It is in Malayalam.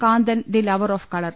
Kanthan the lover of colour